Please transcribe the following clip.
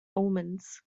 omens